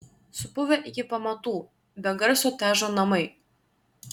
supuvę iki pat pamatų be garso težo namai